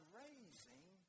raising